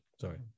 Sorry